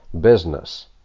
business